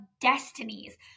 destinies